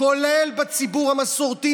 כולל בציבור המסורתי,